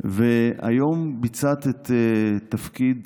ועד היום ביצעת את תפקיד